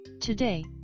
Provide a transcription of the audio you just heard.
Today